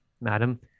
madam